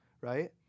right